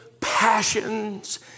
passions